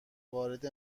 وارد